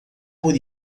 por